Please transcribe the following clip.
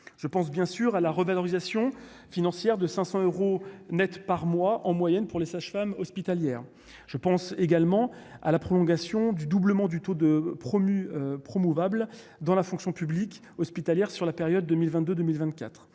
je pense bien sûr à la revalorisation financière de 500 euros Net par mois en moyenne pour les sages-femmes hospitalières, je pense également à la prolongation du doublement du taux de promu Promovac bleu dans la fonction publique hospitalière sur la période 2022 2024,